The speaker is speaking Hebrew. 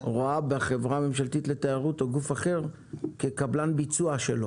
רואה בחברה הממשלתית לתיירות או בגוף אחר קבלן ביצוע שלה,